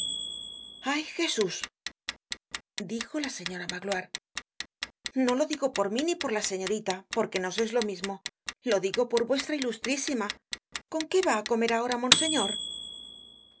ay jesús dijo la señora magloire no lo digo por mí ni por la señorita porque nos es lo mismo lo digo por vuestra ilustrísima con qué va á comer ahora monseñor